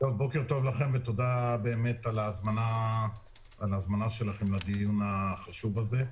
בוקר טוב לכם ותודה על ההזמנה שלכם לדיון החשוב הזה.